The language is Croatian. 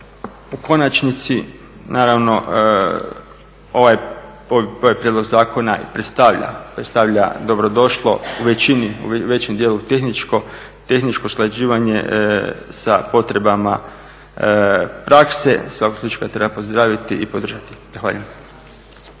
U konačnici, naravno, ovaj prijedlog zakona predstavlja dobrodošlo u većem dijelu tehničko usklađivanje sa potrebama prakse, u svakom slučaju treba pozdraviti i podržati.